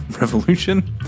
revolution